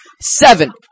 Seven